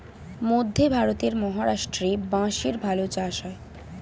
মধ্যে ভারতের মহারাষ্ট্রে বাঁশের ভালো চাষ হয়